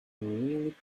really